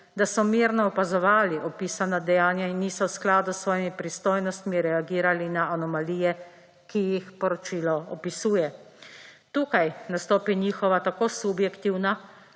da so mirno opazovali opisana dejanja in niso v skladu s svojimi pristojnostmi reagirali na anomalije, ki jih poročilo opisuje. Tukaj nastopi njihova tako subjektivna